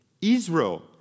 Israel